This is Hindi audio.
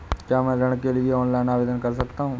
क्या मैं ऋण के लिए ऑनलाइन आवेदन कर सकता हूँ?